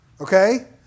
okay